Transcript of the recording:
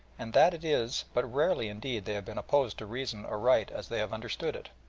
and that it is but rarely indeed they have been opposed to reason or right as they have understood it,